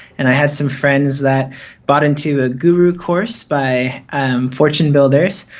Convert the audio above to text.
and i had some friends that bought into a guru course by fortunebuilders,